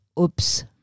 oops